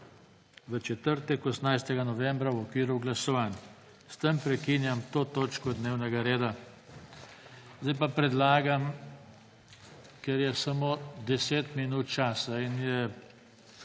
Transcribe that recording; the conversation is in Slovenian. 18. novembra, v okviru glasovanj. S tem prekinjam to točko dnevnega reda. Zdaj pa predlagam, ker je samo 10 minut časa in je